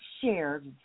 shared